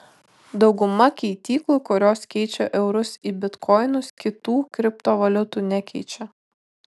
dauguma keityklų kurios keičia eurus į bitkoinus kitų kriptovaliutų nekeičia